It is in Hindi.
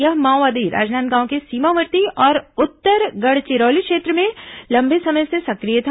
यह माओवादी राजनांदगांव के सीमावर्ती और उत्तर गढ़चिरौली क्षेत्र में लंबे समय से सक्रिय था